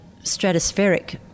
stratospheric